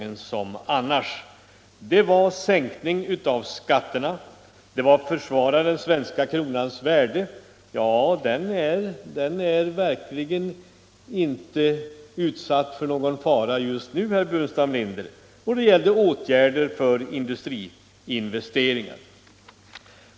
Herr Burenstam Linders anförande gällde i allmänna ordalag sänkning av skatterna, att försvara den svenska kronans värde — kronan är verkligen inte utsatt för någon fara just nu, herr Burenstam Linder — och åtgärder för industriinvesteringar.